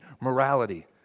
morality